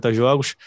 jogos